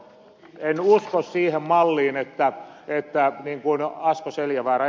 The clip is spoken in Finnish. en usko siihen malliin niin kuin ed